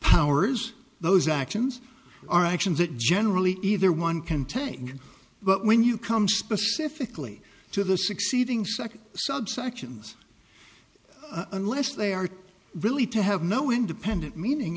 powers those actions are actions that generally either one can take but when you come specifically to the succeeding second subsections unless they are really to have no independent meaning